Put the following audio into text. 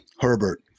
Herbert